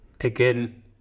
again